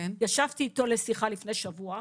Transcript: ישבתי איתו לשיחה לפני שבוע.